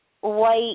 white